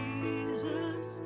Jesus